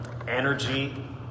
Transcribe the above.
energy